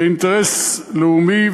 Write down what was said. זה אינטרס לאומי,